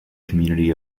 community